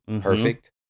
perfect